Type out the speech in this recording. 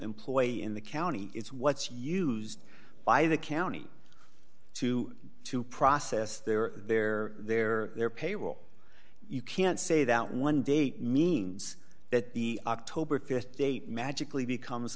employee in the county it's what's used by the county two to process their their their their payroll you can't say that one date means that the october th date magically becomes